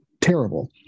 terrible